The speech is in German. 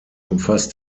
umfasst